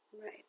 Right